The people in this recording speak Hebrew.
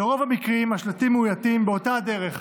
ברוב המקרים השלטים מאויתים באותה דרך,